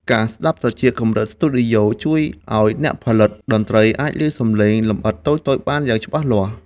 កាសស្តាប់ត្រចៀកកម្រិតស្ទីឌីយ៉ូ ជួយឱ្យអ្នកផលិតតន្ត្រីអាចឮសំឡេងលម្អិតតូចៗបានយ៉ាងច្បាស់លាស់។